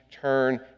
turn